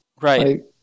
Right